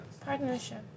Partnership